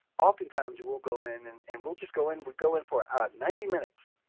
oftentimes we'll go in and and we'll just go in, we go in for ninety minutes.